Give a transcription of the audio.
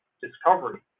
discovery